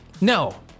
no